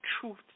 Truth